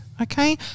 okay